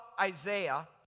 Isaiah